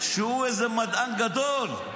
אפשר לחשוב שהוא איזה מדען גדול,